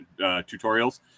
tutorials